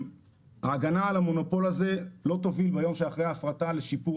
ההגנה על המונופול הזה לא תוביל ביום שאחרי ההפרטה לשיפור